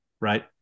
right